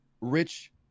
rich